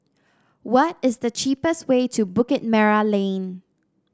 what is the cheapest way to Bukit Merah Lane